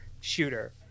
shooter